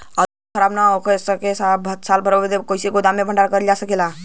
आलू खराब न हो सके साल भर तक कइसे गोदाम मे भण्डारण कर जा सकेला?